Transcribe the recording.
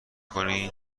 کنی